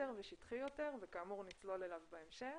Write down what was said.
ושטחי יותר וכאמור נצלול אליו בהמשך.